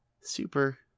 super